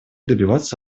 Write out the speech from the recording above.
добиваться